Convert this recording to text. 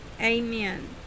Amen